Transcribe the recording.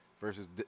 versus